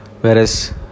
Whereas